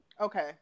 okay